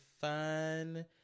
fun